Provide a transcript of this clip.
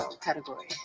Category